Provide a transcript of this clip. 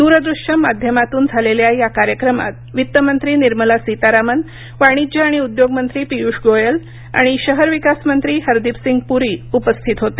दूरदृश्य माध्यमातून झालेल्या या कार्यक्रमात वित्त मंत्री निर्मला सीतारामन वाणिज्य आणि उद्योग मंत्री पियुष गोयल आणि शहर विकास मंत्री हरदीप सिंग पुरी उपस्थित होते